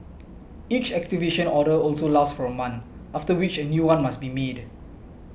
each activation order also lasts for a month after which a new one must be made